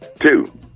Two